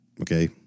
okay